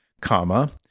comma